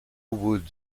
wood